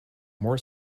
more